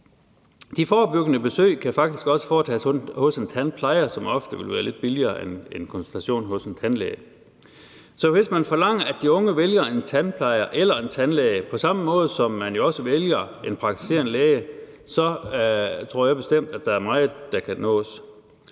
De forebyggende besøg kan faktisk godt foretages hos en tandplejer, som ofte vil være lidt billigere end en konsultation hos en tandlæge. Så hvis man forlanger, at de unge vælger en tandplejer eller en tandlæge på samme måde, som man jo også vælger en praktiserende læge, så tror jeg bestemt, at der er meget, der kan nås.